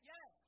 Yes